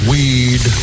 Weed